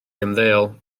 ymddeol